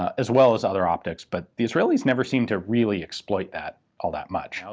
as well as other optics, but the israelis never seem to really exploit that all that much.